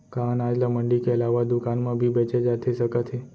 का अनाज ल मंडी के अलावा दुकान म भी बेचे जाथे सकत हे?